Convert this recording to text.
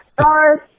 stars